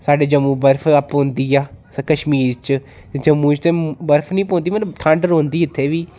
साढ़े जम्मूं बर्फ पौंदी ऐ कश्मीर च जम्मू च ते बर्फ नी पौंदी पर ठंड रौंह्दी इत्थे बी